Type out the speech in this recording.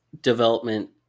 development